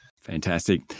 Fantastic